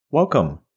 Welcome